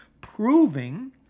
proving